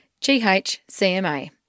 GHCMA